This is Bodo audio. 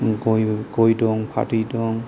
गय दं फाथै दं